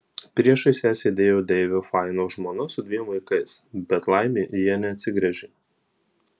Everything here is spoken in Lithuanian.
priešais ją sėdėjo deivio faino žmona su dviem vaikais bet laimė jie neatsigręžė